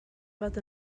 fod